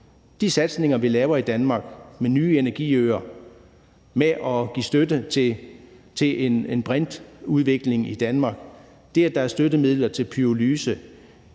De satsninger, vi laver i Danmark med nye energiøer og med at give støtte til en brintudvikling i Danmark, og det, at der er støttemidler til pyrolyse,